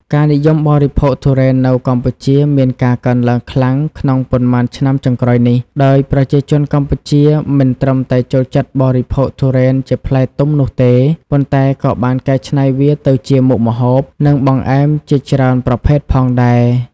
ការនិយមបរិភោគទុរេននៅកម្ពុជាមានការកើនឡើងខ្លាំងក្នុងប៉ុន្មានឆ្នាំចុងក្រោយនេះ ដោយប្រជាជនកម្ពុជាមិនត្រឹមតែចូលចិត្តបរិភោគទុរេនជាផ្លែទុំនោះទេ ប៉ុន្តែក៏បានកែច្នៃវាទៅជាមុខម្ហូប និងបង្អែមជាច្រើនប្រភេទផងដែរ។